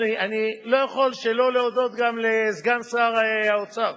אני לא יכול שלא להודות גם לסגן שר האוצר,